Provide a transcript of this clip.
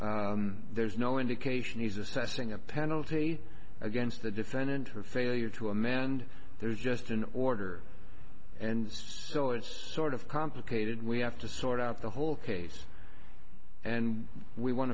there's no indication he's assessing a penalty against the defendant for failure to amend there's just an order and so it's sort of complicated we have to sort out the whole case and we want